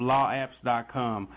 LawApps.com